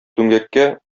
түмгәккә